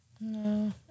No